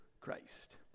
Christ